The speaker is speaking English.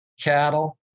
cattle